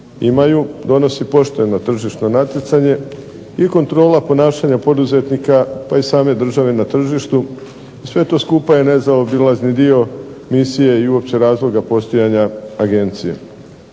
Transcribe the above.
imaju, donosi pošteno tržišno natjecanje i kontrola ponašanja poduzetnika pa i same države na tržištu, sve to skupa je nezaobilazni dio misije i uopće razloga postojanja Agencije.